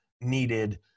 needed